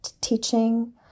teaching